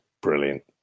brilliant